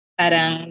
parang